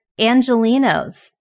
Angelinos